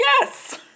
Yes